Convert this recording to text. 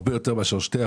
הרבה יותר מ-2%,